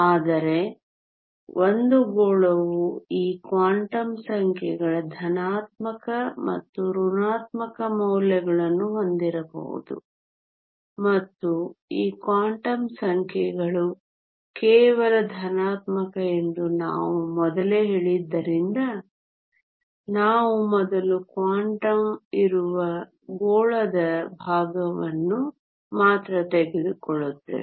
ಆದರೆ ಒಂದು ಗೋಳವು ಈ ಕ್ವಾಂಟಮ್ ಸಂಖ್ಯೆಗಳ ಧನಾತ್ಮಕ ಮತ್ತು ಋಣಾತ್ಮಕ ಮೌಲ್ಯಗಳನ್ನು ಹೊಂದಿರಬಹುದು ಮತ್ತು ಈ ಕ್ವಾಂಟಮ್ ಸಂಖ್ಯೆಗಳು ಕೇವಲ ಧನಾತ್ಮಕ ಎಂದು ನಾವು ಮೊದಲೇ ಹೇಳಿದ್ದರಿಂದ ನಾವು ಮೊದಲ ಕ್ವಾಡ್ರಂಟ್ ಇರುವ ಗೋಳದ ಭಾಗವನ್ನು ಮಾತ್ರ ತೆಗೆದುಕೊಳ್ಳುತ್ತೇವೆ